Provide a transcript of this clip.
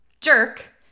jerk